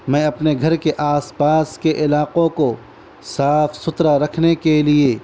میں اپنے گھر کے آس پاس کے علاقوں کو صاف ستھرا رکھنے کے لیے